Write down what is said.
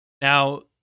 Now